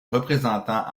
représentant